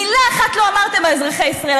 מילה אחת לא אמרתם לאזרחי ישראל.